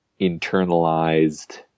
internalized